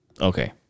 okay